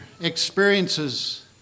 experiences